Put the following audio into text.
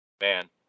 man